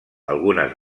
algunes